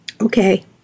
Okay